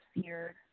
fear